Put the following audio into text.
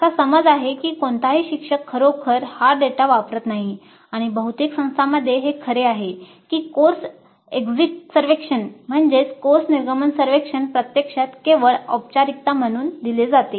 असा समज आहे की कोणताही शिक्षक खरोखरच हा डेटा वापरत नाही आणि बहुतेक संस्थांमध्ये हे खरे आहे की कोर्स निर्गमन सर्वेक्षण प्रत्यक्षात केवळ औपचारिकता म्हणून दिले जाते